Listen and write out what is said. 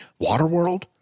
Waterworld